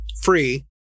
free